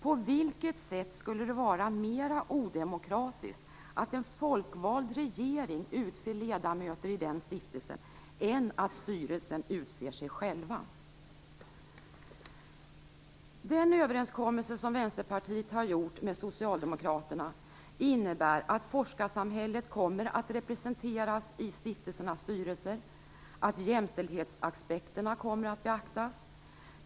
På vilket sätt skulle det vara mera odemokratiskt att en folkvald regering utser ledamöter i den stiftelsen än att styrelsen utser sig själv? Den överenskommelse som Vänsterpartiet har gjort med Socialdemokraterna innebär att forskarsamhället kommer att representeras i stiftelsernas styrelser och att jämställdhetsapekterna kommer att beaktas.